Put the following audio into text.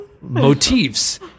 motifs